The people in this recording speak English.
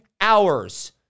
hours